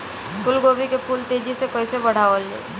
फूल गोभी के फूल तेजी से कइसे बढ़ावल जाई?